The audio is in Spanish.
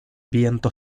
viento